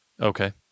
Okay